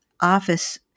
office